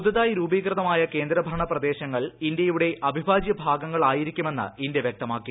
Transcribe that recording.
പുതുതായി രൂപീകൃതമായ കേന്ദ്രഭരണ പ്രദേശങ്ങൾ ഇന്ത്യയുടെ അവിഭാജ്യ ഭാഗങ്ങളായിരിക്കുമെന്ന് ഇന്തൃ വൃക്തമാക്കി